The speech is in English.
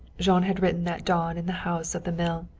jean had written that dawn in the house of the mill.